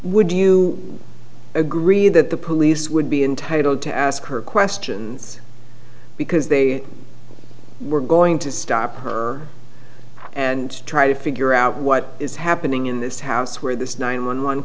would you agree that the police would be entitled to ask her questions because they were going to stop her and try to figure out what is happening in this house where this nine one one